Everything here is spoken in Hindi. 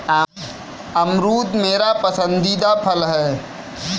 अमरूद मेरा पसंदीदा फल है